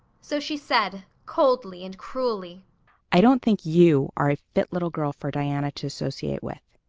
so she said, coldly and cruelly i don't think you are a fit little girl for diana to associate with.